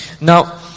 Now